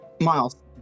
Miles